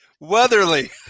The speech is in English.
Weatherly